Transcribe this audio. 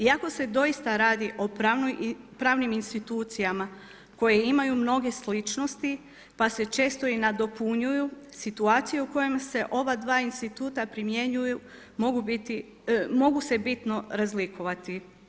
Iako se doista radi o pravnim institucijama koje imaju mnoge sličnosti pa se često i nadopunjuju situacije u kojima se oba dva instituta primjenjuju mogu se bitno razlikovati.